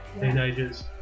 teenagers